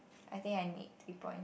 I think I need three points